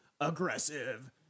aggressive